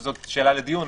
וזאת שאלה לדיון,